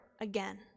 again